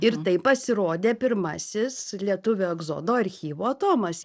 ir taip pasirodė pirmasis lietuvių egzodo archyvo tomas